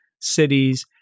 cities